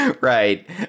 right